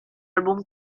album